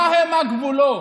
מהם הגבולות?